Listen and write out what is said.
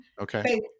Okay